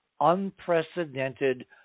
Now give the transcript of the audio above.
unprecedented